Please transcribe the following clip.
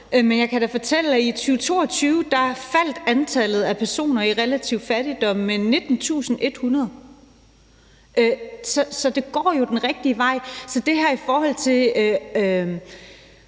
Men jeg kan da fortælle, at i 2022 faldt antallet af personer i relativ fattigdom med 19.100. Så det går jo den rigtige vej. Så med hensyn til